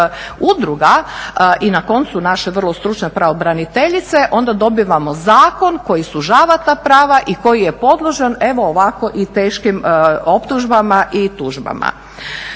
i na koncu naše vrlo stručne pravobraniteljice, onda dobivamo zakon koji sužava ta prava i koji je podložan evo ovako i teškim optužbama i tužbama.